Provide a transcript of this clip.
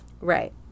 Right